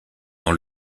dans